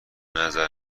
نظر